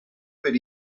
per